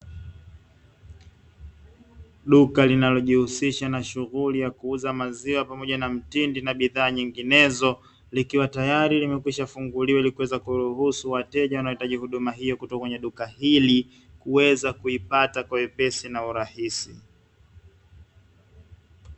Duka linalijihusisha na shughuli ya kuuza maziwa pamoja na mtindi na bidhaa nyinginezo, likiwa tayari limekwisha kufunguliwa ili kuweza kuruhusu wateja wanaoitaji huduma hiyo kutoka kwenye duka hili kuweza kuipata kwa wepesi na kwa urahisi.